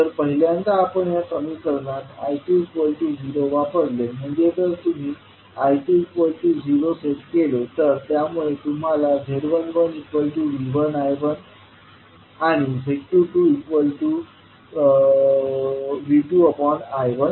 जर पहिल्यांदा आपण या समीकरणात I2 0 वापरले म्हणजे जर तुम्ही I2 0 सेट केले तर त्यामुळे तुम्हाला z11V1I1 आणि z21V2I1 मिळेल